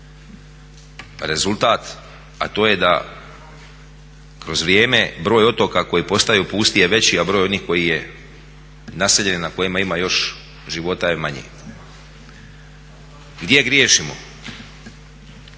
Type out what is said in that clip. rezultat, a to je da kroz vrijeme broj otoka koji postaju pusti je veći, a broj onih koji je naseljen na kojima ima još života je manji. Gdje griješimo?